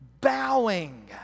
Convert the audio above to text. bowing